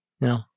No